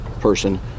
person